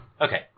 Okay